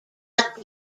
but